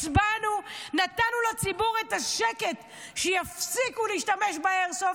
הצבענו ונתנו לציבור את השקט שיפסיקו להשתמש באיירסופט,